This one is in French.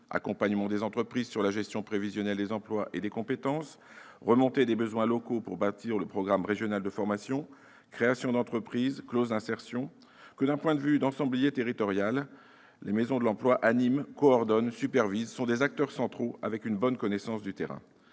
accompagnement des entreprises sur la gestion prévisionnelle des emplois et des compétences, remontées des besoins locaux pour bâtir le programme régional de formation, création d'entreprises, clauses d'insertion -que d'un point de vue d'ensemblier territorial. Les maisons de l'emploi animent, coordonnent, supervisent, sont des acteurs centraux avec une bonne connaissance du terrain.